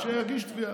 שיגיש תביעה.